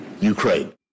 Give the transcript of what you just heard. Ukraine